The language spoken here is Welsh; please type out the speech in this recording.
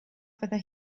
fyddai